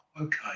okay